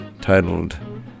titled